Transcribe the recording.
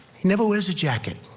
never wears a jacket.